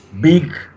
big